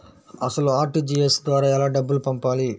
అసలు అర్.టీ.జీ.ఎస్ ద్వారా ఎలా డబ్బులు పంపాలి?